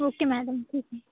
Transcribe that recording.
okay madam ठीक आहे